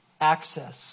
access